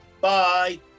bye